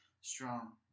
strong